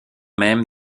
même